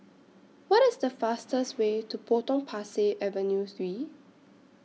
What IS The fastest Way to Potong Pasir Avenue three